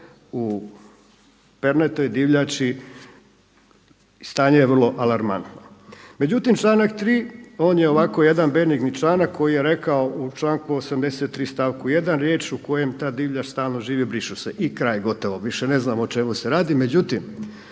u pernatoj divljači i stanje je vrlo alarmantno. Međutim članak 3., on je ovako jedan benigni članak koji je rekao u članku 83. stavku 1. riječ u kojem ta divljač stalno žive brišu se. I kraj, gotovo, više ne znamo o čemu se radi. Međutim,